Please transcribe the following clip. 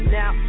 now